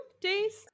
days